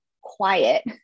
quiet